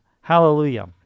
Hallelujah